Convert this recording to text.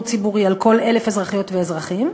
ציבורי על כל 1,000 אזרחיות ואזרחים,